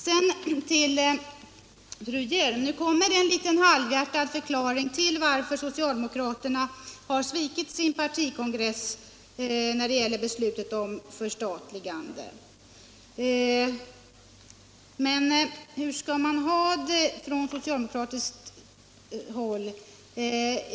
Fru Hjelm-Wallén lämnade en halvhjärtad förklaring till varför socialdemokraterna har svikit sin partikongress när det gäller beslutet om förstatligande. Men jag undrar ändå hur man från socialdemokratiskt 47 håll skall ha det.